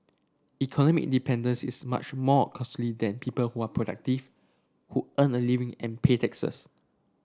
economic dependence is much more costly than people who are productive who earn a living and pay taxes